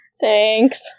Thanks